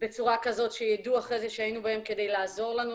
בצורה כזאת שידעו אחרי זה שהיינו בהם כדי לעזור לנו.